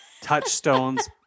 touchstones